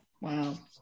wow